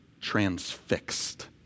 transfixed